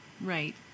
Right